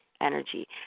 energy